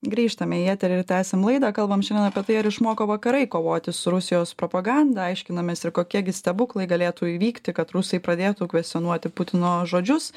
grįžtame į eterį ir tęsiam laidą kalbam šiandien apie tai ar išmoko vakarai kovoti su rusijos propaganda aiškinamės ir kokie gi stebuklai galėtų įvykti kad rusai pradėtų kvestionuoti putino žodžius